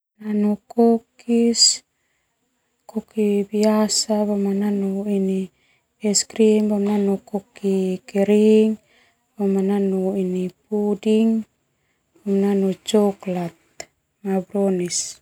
Anu kokis, kokis biasa, bima nanu ini es krim, boma nanu kokis kering, boma nanu ini puding, boma nanu coklat, brownis.